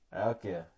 Okay